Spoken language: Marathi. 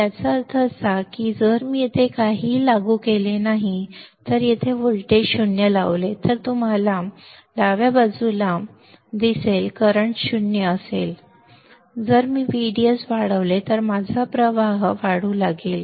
याचा अर्थ असा की जर मी येथे काहीही लागू केले नाही जर मी येथे 0 व्होल्टेज लावले तर तुम्हाला डाव्या बाजूला उजवीकडे दिसेल तर वर्तमान 0 असेल ते बरोबर वाहणार नाही जर मी व्हीडीएस वाढवले तर माझा प्रवाह उजवीकडे वाढू लागेल